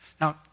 Now